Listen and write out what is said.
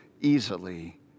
easily